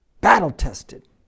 Battle-tested